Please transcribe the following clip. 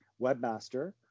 webmaster